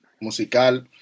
musical